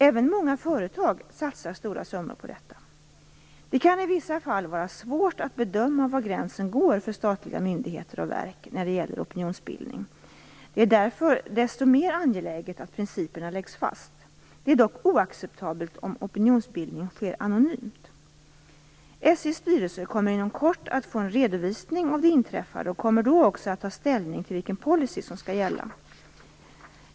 Även många företag satsar stora summor på detta. Det kan i vissa fall vara svårt att bedöma var gränsen går för statliga myndigheter och verk när det gäller opinionsbildning. Det är därför desto mer angeläget att principerna läggs fast. Det är dock oacceptabelt om opinionsbildning sker anonymt. SJ:s styrelse kommer inom kort att få en redovisning av det inträffade och kommer då också att ta ställning till vilken policy som skall gälla.